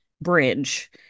bridge